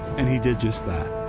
and he did just that.